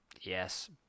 yes